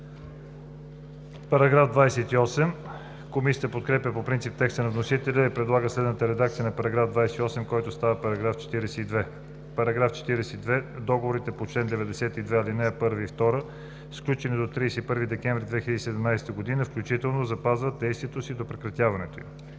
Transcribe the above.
ЦВЕТАНОВ: Комисията подкрепя по принцип текста на вносителя и предлага следната редакция на § 28, който става § 42: „§ 42. Договорите по чл. 92, ал. 1 и 2, сключени до 31 декември 2017 г. включително, запазват действието си до прекратяването